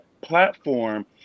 platform